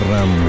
Ram